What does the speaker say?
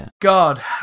God